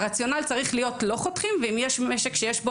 הרציונל צריך להיות לא חותכים ואם יש משק שיש בו